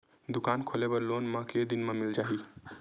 दुकान खोले बर लोन मा के दिन मा मिल जाही?